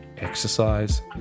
exercise